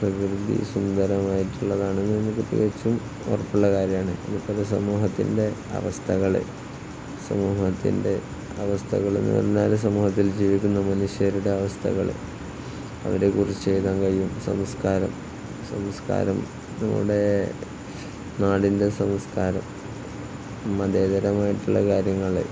പ്രകൃതി സുന്ദരമായിട്ടുള്ളതാണെന്ന് നമുക്ക് പ്രത്യകിച്ചും ഉറപ്പുള്ള കാര്യമാണ് ഇപ്പോഴത്തെ സമൂഹത്തിൻ്റെ അവസ്ഥകള് സമൂഹത്തിൻ്റെ അവസ്ഥകളെന്ന് പറഞ്ഞാല് സമൂഹത്തിൽ ജീവിക്കുന്ന മനുഷ്യരുടെ അവസ്ഥകള് അവരെക്കുറിച്ച് എഴുതാന് കഴിയും സംസ്കാരം സംസ്കാരം നമ്മുടെ നാടിൻ്റെ സംസ്കാരം മതേതരമായിട്ടുള്ള കാര്യങ്ങള്